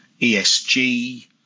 ESG